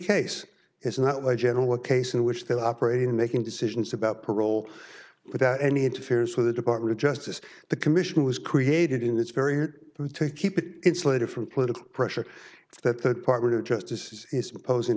case it's not like general a case in which they're operating making decisions about parole without any interference with the department of justice the commission was created in this very hard to keep it insulated from political pressure that the department of justice is imposing